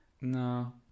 No